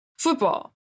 Football